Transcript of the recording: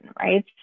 right